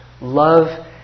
Love